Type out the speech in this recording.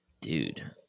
dude